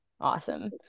awesome